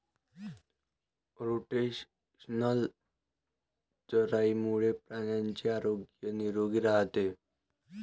rotational चराईमुळे प्राण्यांचे आरोग्य निरोगी राहते